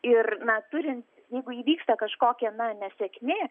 ir na turint jeigu įvyksta kažkokia na nesėkmė